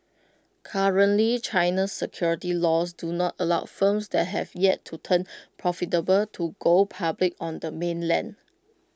currently China's securities laws do not allow firms that have yet to turn profitable to go public on the mainland